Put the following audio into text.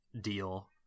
deal